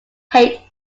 hate